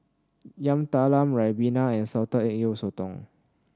Yam Talam ribena and Salted Egg Yolk Sotong